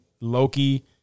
Loki